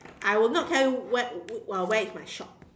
I will not tell you where w~ w~ uh where is my shop